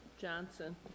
Johnson